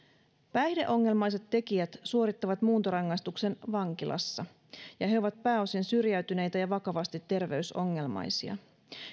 päihdeongelmaiset tekijät suorittavat muuntorangaistuksen vankilassa ja he ovat pääosin syrjäytyneitä ja vakavasti terveysongelmaisia